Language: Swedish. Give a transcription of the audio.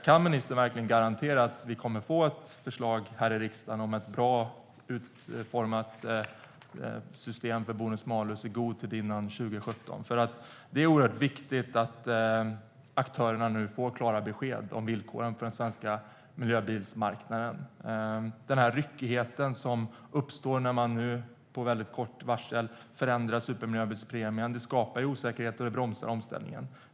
Kan ministern verkligen garantera att vi kommer att få ett förslag i riksdagen om ett bra utformat system för bonus-malus i god tid före 2017? Det är nämligen oerhört viktigt att aktörerna nu får klara besked om villkoren för den svenska miljöbilsmarknaden. Den ryckighet som uppstår när man nu med väldigt kort varsel förändrar supermiljöbilspremien skapar osäkerhet och bromsar omställningen.